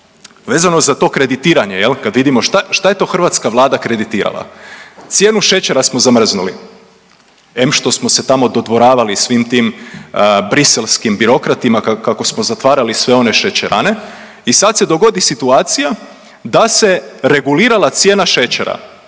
vezana za to kreditiranje jel kad vidimo šta je to hrvatska vlada kreditirala. Cijenu šećera smo zamrznuli, em što smo se tamo dodvoravali svim tim briselskim birokratima kako smo zatvarali sve one šećerane i sad se dogodi situacija da se regulirala cijena šećera,